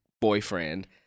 boyfriend